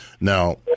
Now